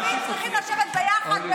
אני אפרט לך גם לו"ז של היומיים,